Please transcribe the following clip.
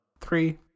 three